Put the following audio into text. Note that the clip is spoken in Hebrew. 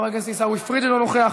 חבר הכנסת עיסאווי פריג' אינו נוכח,